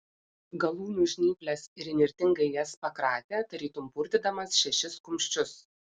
galūnių žnyples ir įnirtingai jas pakratė tarytum purtydamas šešis kumščius